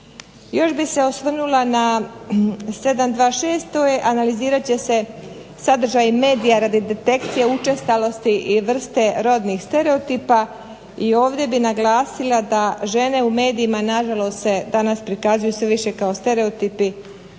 Još bi se osvrnula na 726 a to je analizirat će se sadržaj medija radi detekcije učestalosti i vrste rodnih stereotipa i ovdje bi naglasila da žene u medijima na žalost se danas prikazuju sve više kao stereotipi